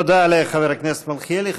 תודה לחבר הכנסת מלכיאלי.